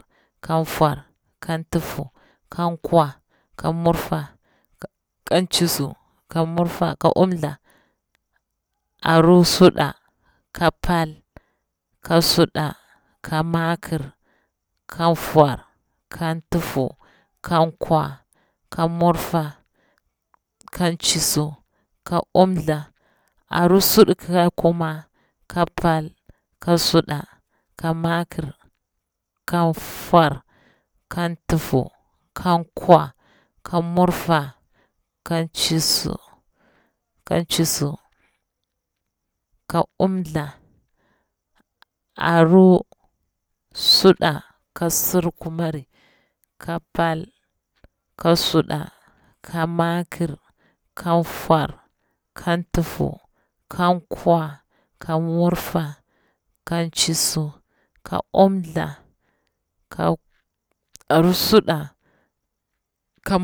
Kan nfor, kan ntufu, kan nkwa, ka murfa, kan ncisu, ka murfa, ka umtha, aru su suɗa, ka pal, ka suɗa, ka makir, kan nfor, kan ntufu, kan nkwa, ka murfa, kan ncisu, ka umtha, aru suɗa ka kuma, ka pal, ka suɗa, ka makir, kan nfor, kan ntufu, kan nkwa, ka murfa, kan ncisu, kan ncisu, ka umtha, aru suda ka surkumari, ka pal, ka suɗa, ka makir, kan nfor, kan ntufu, kan nkwa, ka murfa, kan ncisu, ka umtha, kan aru suda kam